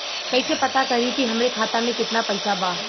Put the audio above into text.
कइसे पता करि कि हमरे खाता मे कितना पैसा बा?